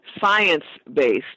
science-based